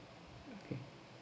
okay